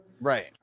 Right